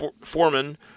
foreman